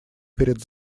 перед